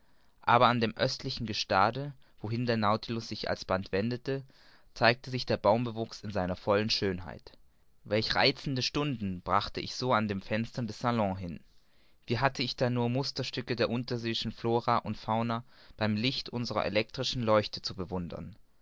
aber an dem östlichen gestade wohin der nautilus sich alsbald wendete zeigte sich der baumwuchs in seiner vollen schönheit welch reizende stunden brachte ich so an dem fenster des salon hin wie hatte ich da nur musterstücke der unterseeischen flora und fauna beim licht unserer elektrischen leuchte zu bewundern